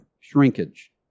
shrinkage